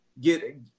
get